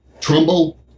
Trumbull